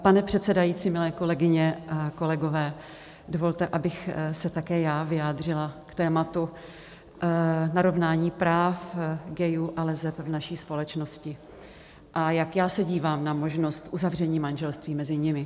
Pane předsedající, milé kolegyně, kolegové, dovolte, abych se také já vyjádřila k tématu narovnání práv gayů a leseb v naší společnosti, a jak já se dívám na možnost uzavření manželství mezi nimi.